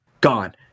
gone